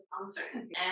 uncertainty